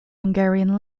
hungarian